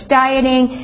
dieting